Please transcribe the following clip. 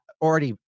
already